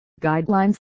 guidelines